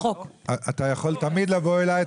אתה יכול תמיד לבוא אליי,